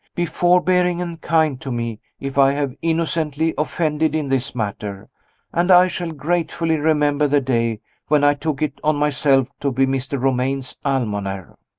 be forbearing and kind to me if i have innocently offended in this matter and i shall gratefully remember the day when i took it on myself to be mr. romayne's almoner.